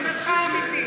את עמדתך האמיתית.